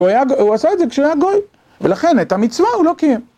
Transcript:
הוא עשה את זה כשהוא היה גוי, ולכן את המצווה הוא לא קיים.